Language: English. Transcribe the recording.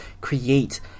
create